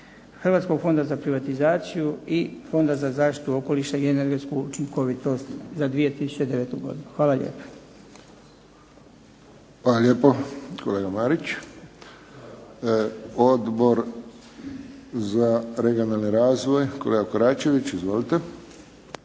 Hrvatskog fonda za privatizaciju i Fonda za zaštitu okoliša i energetsku učinkovitost za 2009. godinu. Hvala lijepo. **Friščić, Josip (HSS)** Hvala lijepo kolega Marić. Odbor za regionalni razvoj, kolega Koračević. Izvolite.